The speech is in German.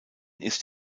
ist